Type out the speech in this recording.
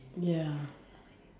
ya